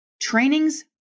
trainings